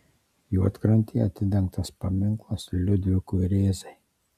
juodkrantėje atidengtas paminklas liudvikui rėzai